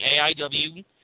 AIW